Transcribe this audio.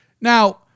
Now